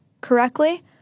correctly